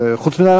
חוץ מזה,